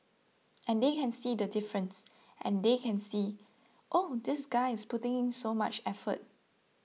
and they can see the difference and they can see oh this guy's putting in so much effort